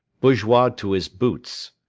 bourgeois to his boots.